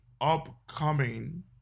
upcoming